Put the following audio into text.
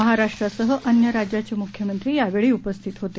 महाराष्ट्रासह अन्य राज्यांचे मुख्यमंत्री यावेळी उपस्थित होते